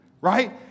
right